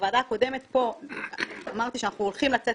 בוועדה הקודמת פה אמרתי שאנחנו הולכים לצאת